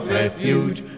refuge